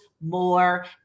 more